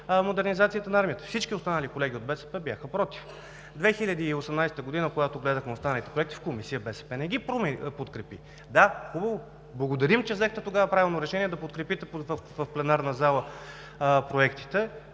модернизацията на армията. Всички останали колеги от БСП бяха против. Две хиляди и осемнадесета година, когато гледахме останалите проекти в Комисия, БСП не ги подкрепи. Да, хубаво, благодарим, че взехте тогава правилно решение да подкрепите в пленарна зала проектите,